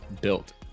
built